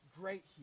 great